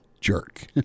Jerk